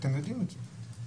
ואתם יודעים את זה.